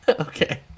okay